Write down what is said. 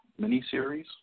miniseries